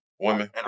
Women